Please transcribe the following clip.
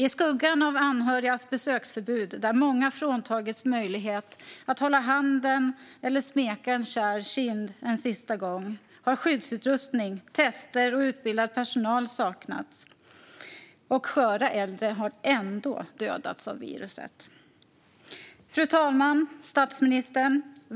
I skuggan av anhörigas besöksförbud, där många har fråntagits möjligheten att hålla handen eller smeka en kär kind en sista gång, har också skyddsutrustning, tester och utbildad personal saknats. Och sköra äldre har ändå dödats av viruset. Fru talman! Statsministern!